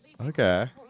Okay